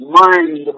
mind